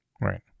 Right